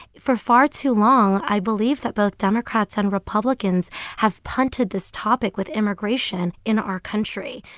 for far too long, i believe that both democrats and republicans have punted this topic with immigration in our country.